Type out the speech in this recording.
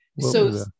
So-